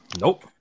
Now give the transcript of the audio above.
Nope